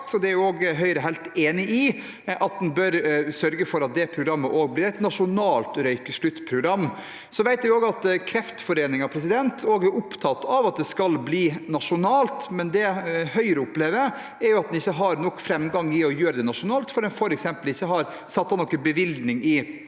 det er Høyre helt enig i, at en bør sørge for at det programmet også blir et nasjonalt røykesluttprogram. Vi vet at Kreftforeningen også er opptatt av at det skal bli nasjonalt, men det Høyre opplever, er at en ikke har nok framgang når det gjelder å gjøre det nasjonalt, fordi en f.eks. ikke har satt opp noen bevilgning i